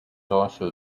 also